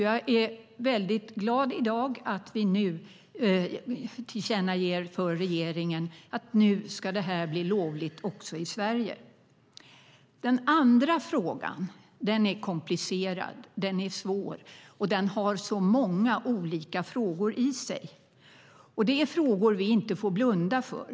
Jag är väldigt glad över att vi i dag tillkännager för regeringen att detta nu ska bli lovligt också i Sverige. Den andra frågan är komplicerad och svår och har många olika frågor i sig. Det är frågor vi inte får blunda för.